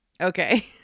Okay